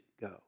go